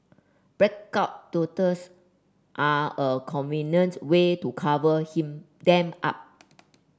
blackout tattoos are a convenient way to cover him them up